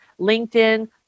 LinkedIn